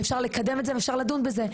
אפשר לקדם את זה ואפשר לדון בזה,